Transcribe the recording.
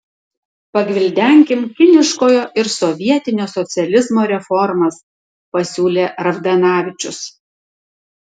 pagvildenkim kiniškojo ir sovietinio socializmo reformas pasiūlė ravdanavičius